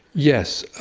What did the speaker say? yes.